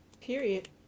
period